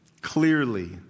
clearly